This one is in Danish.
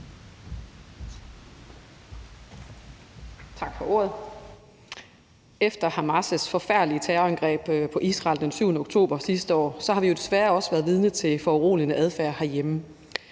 Tak for ordet. Efter Hamas' forfærdelige terrorangreb på Israel den 7. oktober sidste år har vi jo desværre også været vidne til foruroligende adfærd herhjemme.